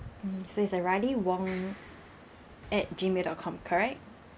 mm so it's uh riley wong at Gmail dot com correct